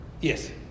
Yes